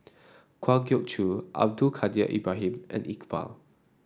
Kwa Geok Choo Abdul Kadir Ibrahim and Iqbal